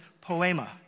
poema